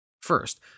First